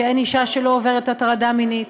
שאין אישה שלא עוברת הטרדה מינית,